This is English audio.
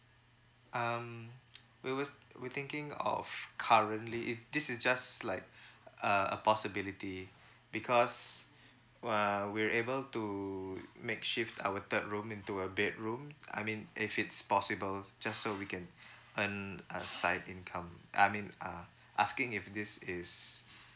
um we were we thinking of currently if this is just like a a possibility because uh we're able to make shift our third room into a bedroom I mean if it's possible just so we can earn a side income I mean uh asking if this is